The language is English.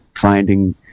finding